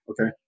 Okay